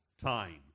time